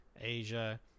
Asia